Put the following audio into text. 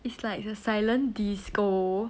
it's like it's a silent disco